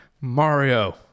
Mario